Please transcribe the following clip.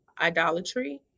idolatry